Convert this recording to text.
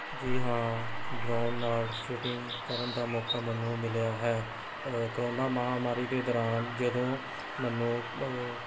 ਜੀ ਹਾਂ ਡਰੋਨ ਨਾਲ ਸ਼ੂਟਿੰਗ ਕਰਨ ਦਾ ਮੌਕਾ ਮੈਨੂੰ ਮਿਲਿਆ ਹੈ ਕੋਰੋਨਾ ਮਹਾਂਮਾਰੀ ਦੇ ਦੌਰਾਨ ਜਦੋਂ ਮੈਨੂੰ